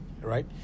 right